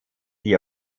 die